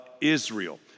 Israel